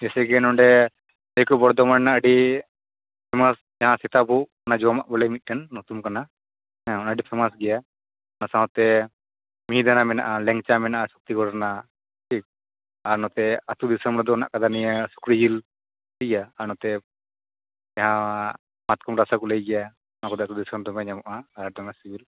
ᱡᱮᱭᱥᱮ ᱠᱤ ᱱᱚᱸᱰᱮ ᱱᱤᱠᱩ ᱵᱚᱨᱫᱚᱢᱟᱱᱟᱜ ᱟ ᱰᱤ ᱯᱷᱮᱢᱟᱥ ᱡᱟᱦᱟᱸ ᱥᱤᱛᱟᱵᱷᱳᱜ ᱱᱟ ᱡᱚᱢᱟᱜ ᱵᱚᱞᱮ ᱢᱤᱫᱴᱮᱱ ᱧᱩᱛᱩᱢ ᱠᱟᱱᱟ ᱦᱮᱸ ᱚᱱᱟ ᱯᱷᱮᱢᱟᱥ ᱜᱮᱭᱟ ᱚᱱᱟ ᱥᱟᱶᱛᱮ ᱢᱤᱫᱟᱱᱟ ᱢᱮᱱᱟᱜᱼᱟ ᱞᱮᱝᱪᱟ ᱢᱮᱱᱟᱜᱼᱟ ᱥᱚᱠᱛᱤᱜᱚᱲ ᱨᱮᱱᱟᱜ ᱴᱤᱠ ᱟᱨ ᱱᱚᱛᱮ ᱟᱛᱳ ᱫᱤᱥᱚᱢ ᱨᱮᱫᱚ ᱦᱮᱱᱟᱜ ᱟᱠᱟᱫᱟ ᱱᱤᱭᱟᱹ ᱥᱩᱠᱨᱤᱡᱤᱞ ᱤᱭᱟ ᱟᱨ ᱱᱚᱛᱮ ᱡᱟᱦᱟᱸ ᱢᱟᱛᱠᱚᱢ ᱨᱟᱥᱟ ᱠᱚ ᱞᱟ ᱭᱜᱮᱭᱟ ᱚᱱᱟᱠᱚᱫᱚ ᱟᱛᱳᱫᱤᱥᱚᱢ ᱨᱮᱫᱚ ᱫᱚᱢᱮ ᱧᱟᱢᱚᱜᱼᱟ ᱟᱨ ᱫᱚᱢᱮ ᱥᱤᱵᱤᱞ